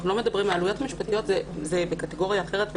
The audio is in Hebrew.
העלויות המשפטיות זה בקטגוריה אחרת.